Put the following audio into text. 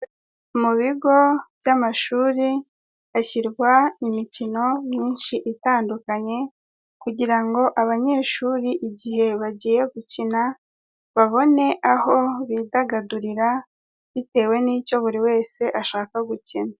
Mu bigo by'amashuri hashyirwa imikino myinshi itandukanye, kugira ngo abanyeshuri igihe bagiye gukina babone aho bidagadurira bitewe n'icyo buri wese ashaka gukina.